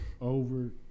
over